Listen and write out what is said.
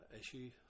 issue